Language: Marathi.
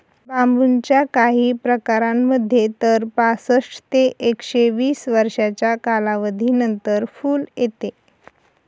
बांबूच्या काही प्रकारांमध्ये तर पासष्ट ते एकशे वीस वर्षांच्या कालावधीनंतर फुल येते